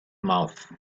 mouth